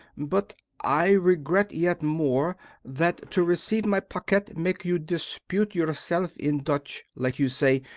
but i regret yet more that to receive my paquet make you dispute yourself in dutch, like you say,